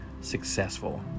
successful